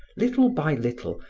little by little,